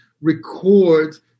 records